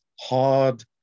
hard